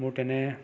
মোৰ তেনে